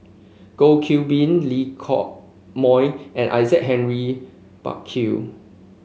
Goh Qiu Bin Lee Hock Moh and Isaac Henry Burkill